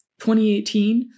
2018